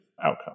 outcome